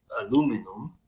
aluminum